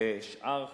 ושאר חברי,